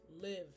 live